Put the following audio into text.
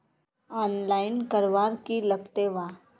Online करवार की लगते वा?